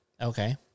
Okay